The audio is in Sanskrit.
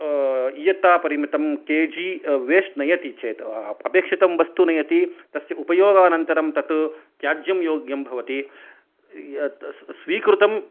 इयता परिमितं के जी वेस्ट् नयति चेत् अपेक्षितं वस्तु नयति तस्य उपयोगानन्तरं तत् त्याज्यं योग्यं भवति स्वीकृतम्